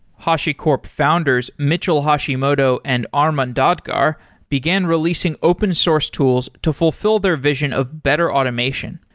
hashicorp founders, mitchell hashimoto and armon dagdar began releasing open source tools to fulfill their vision of better automation.